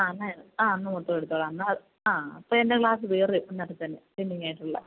ആ അന്ന് ആ അന്ന് മൊത്തം എടുത്തോളാം എന്നാൽ ആ അപ്പോൾ എന്റെ ക്ലാസ്സ് തീരും അന്ന് അപ്പം തന്നെ പെന്റിങ്ങ് ആയിട്ടുള്ള പിന്നെ